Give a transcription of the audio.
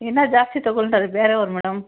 ಇನ್ನ ಜಾಸ್ತಿ ತಗೊಂತರೆ ಬೇರೆಯವ್ರು ಮೇಡಮ್